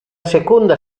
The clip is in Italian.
seconda